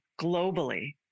globally